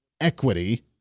equity